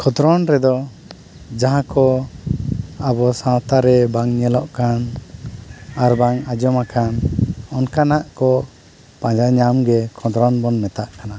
ᱠᱷᱚᱸᱫᱽᱨᱚᱸᱫᱽ ᱨᱮᱫᱚ ᱡᱟᱦᱟᱸ ᱠᱚ ᱟᱵᱚ ᱥᱟᱶᱛᱟ ᱨᱮ ᱵᱟᱝ ᱧᱮᱞᱚᱜ ᱠᱟᱱ ᱟᱨ ᱵᱟᱝ ᱟᱸᱡᱚᱢ ᱟᱠᱟᱱ ᱚᱱᱠᱟᱱᱟᱜ ᱠᱚ ᱯᱟᱡᱟ ᱧᱟᱢᱜᱮ ᱠᱷᱚᱸᱫᱽᱨᱚᱸᱫᱽ ᱵᱚᱱ ᱢᱮᱛᱟᱜ ᱠᱟᱱᱟ